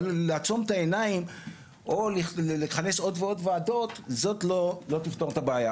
אבל לעצום את העניים או לכנס עוד ועוד ועדות זאת לא תפתור את הבעיה,